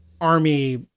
army